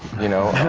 you know?